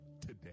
today